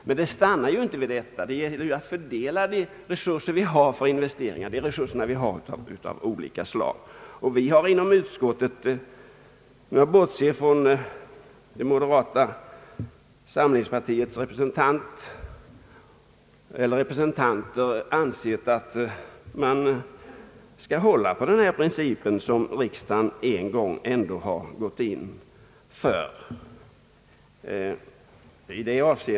Men vad det ytterst gäller är att fördela de resurser vi har på olika slag av investeringar. Vi har inom utskottet, bortsett från moderata samlingspartiets representanter, ansett att vi bör hålla fast vid den princip som riksdagen en gång har gått in för.